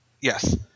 Yes